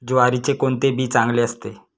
ज्वारीचे कोणते बी चांगले असते?